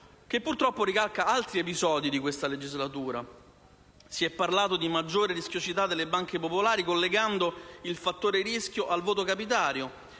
che, purtroppo, ricalca altri episodi di questa legislatura. Si è parlato di maggiore rischiosità delle banche popolari, collegando il fattore rischio al voto capitario,